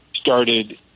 started